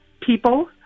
people